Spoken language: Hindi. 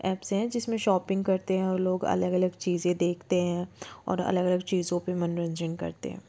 ऐप्स हैं जिसमें शॉपिंग करते हैं और लोग अलग अलग चीज़े देखते हैं और अलग अलग चीज़ों पर मनोरंजन करते हैं